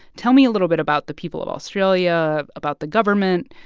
tell me a little bit about the people of australia, about the government.